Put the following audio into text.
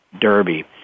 Derby